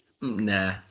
Nah